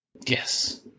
Yes